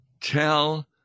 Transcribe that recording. tell